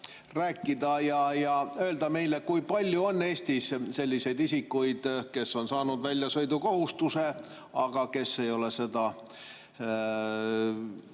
rääkida ja öelda meile, kui palju on Eestis selliseid isikuid, kes on saanud väljasõidukohustuse, aga kes ei ole seda